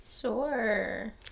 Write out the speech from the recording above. Sure